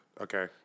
Okay